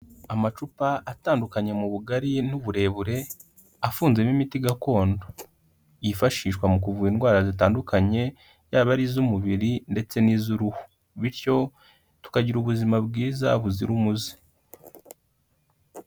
Amacupa atandukanye mu bugari n'uburebure, afunzemo imiti gakondo, yifashishwa mu kuvura indwara zitandukanye yaba ari iz'umubiri ndetse n'iz'uruhu bityo tukagira ubuzima bwiza buzira umuze.